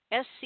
SC